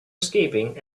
escaping